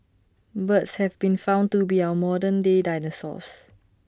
birds have been found to be our modern day dinosaurs